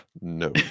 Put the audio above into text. No